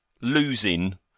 losing